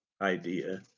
idea